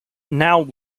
now